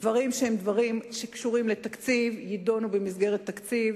דברים שקשורים לתקציב יידונו במסגרת התקציב.